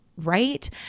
right